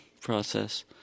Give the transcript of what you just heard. process